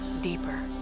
deeper